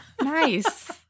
nice